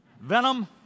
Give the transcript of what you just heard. venom